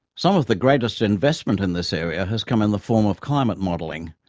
some of the greatest investment in this area has come in the form of climate modeling,